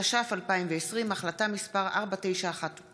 התש"ף 2020, החלטה מס' 4912,